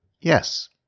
Yes